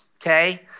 okay